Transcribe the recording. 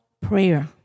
prayer